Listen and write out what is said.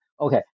Okay